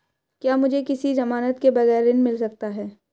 क्या मुझे किसी की ज़मानत के बगैर ऋण मिल सकता है?